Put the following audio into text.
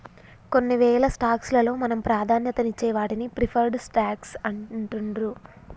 కొన్నివేల స్టాక్స్ లలో మనం ప్రాధాన్యతనిచ్చే వాటిని ప్రిఫర్డ్ స్టాక్స్ అంటుండ్రు